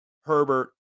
Herbert